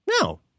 No